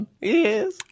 Yes